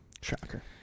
Shocker